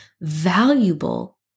valuable